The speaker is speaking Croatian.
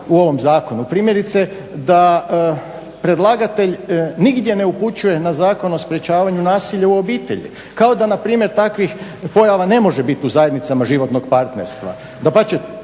u ovom zakonu. primjerice da predlagatelj nigdje ne upućuje na Zakon o sprečavanju nasilja u obitelji kao da npr. takvih pojava ne može biti u zajednicama životnog partnerstva.